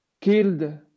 killed